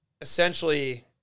essentially